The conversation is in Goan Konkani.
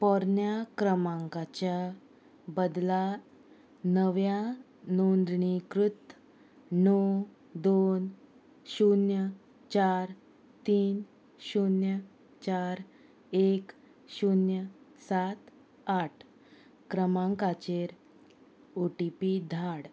पोरन्या क्रमांकाच्या बदला नव्या नोंदणीकृत णव दोन शुन्य चार तीन शुन्य चार एक शुन्य सात आठ क्रमांकाचेर ओ टी पी धाड